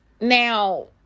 Now